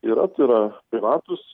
yra tai yra privatūs